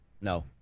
No